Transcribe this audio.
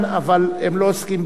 אבל הם לא עוסקים בענייני משרדם,